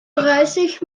dreißig